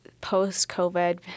post-COVID